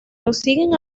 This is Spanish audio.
consiguen